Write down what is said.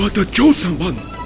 the chosen one!